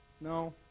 No